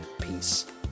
peace